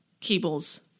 cables